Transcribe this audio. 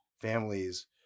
families